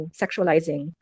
sexualizing